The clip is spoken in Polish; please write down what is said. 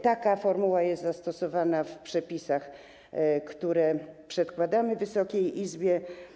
Taka formuła jest zastosowana w przepisach, które przedkładamy Wysokiej Izbie.